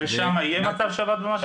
ושם יהיה מצב שבת במשאבות?